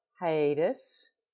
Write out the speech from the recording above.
hiatus